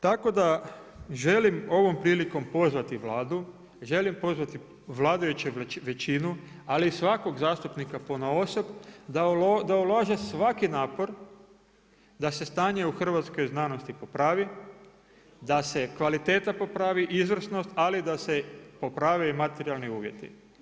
Tako da želim ovom prilikom pozvati Vladu, želim pozvati vladajuću većinu ali i svakog zastupnika ponaosob da ulaže svaki napor da se stanje u hrvatskoj znanosti popravi, da se kvaliteta popravi, izvrsnost ali da se poprave i materijalni uvjeti.